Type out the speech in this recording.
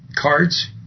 cards